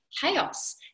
chaos